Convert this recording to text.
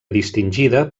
distingida